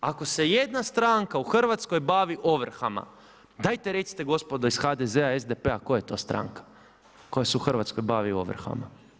Ako se jedna stranka u Hrvatskoj bavi ovrhama, dajte recite, gospodo iz HDZ-a, SDP-a koja je to stranka koja se u Hrvatskoj bavi ovrhama?